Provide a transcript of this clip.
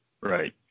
Right